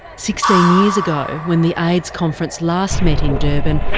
sixteen years ago, when the aids conference last met in durban,